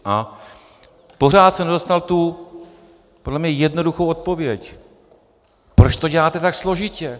A pořád jsem nedostal tu podle mě jednoduchou odpověď proč to děláte tak složitě?